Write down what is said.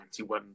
1991